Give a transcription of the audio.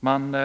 Man